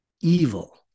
evil